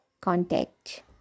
contact